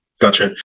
Gotcha